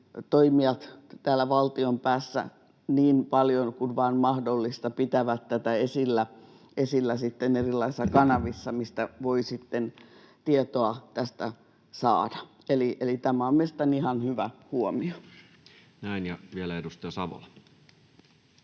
toimijat valtion päässä pitävät niin paljon kuin vain mahdollista tätä esillä erilaisissa kanavissa, mistä voi sitten saada tästä tietoa. Eli tämä on mielestäni ihan hyvä huomio. [Speech 259]